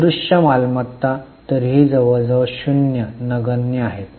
अमूर्त मालमत्ता तरीही जवळजवळ शून्य नगण्य आहे